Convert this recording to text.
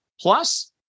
Plus